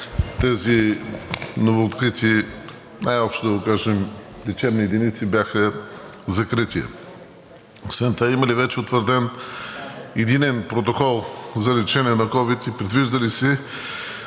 тези новооткрити, най общо да го кажем, лечебни единици бяха закрити. Освен това има ли вече утвърден единен протокол за лечение на ковид и предвижда ли се